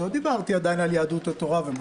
לא דיברתי עדיין על יהדות התורה ומוסר,